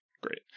great